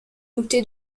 comté